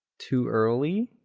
too early